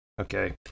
Okay